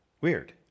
weird